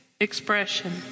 expression